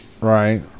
Right